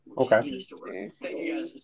Okay